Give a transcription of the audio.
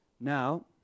Now